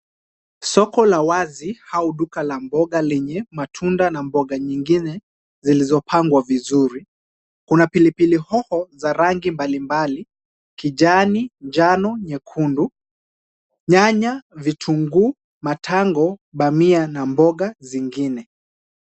Soko la wazi au duka la mboga lenye matunda na mboga nyingine zilizopangwa vizuri. Kuna pilipili hoho za rangi mbalimbali, kijani, njano, nyekundu, nyanya, vitunguu, matango, bamia na mboga zingine.